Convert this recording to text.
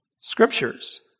Scriptures